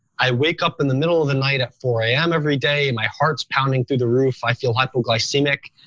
i wake up in the middle of the night at four zero am every day and my heart's pounding through the roof, i feel hypoglycemic.